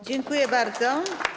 Dziękuję bardzo.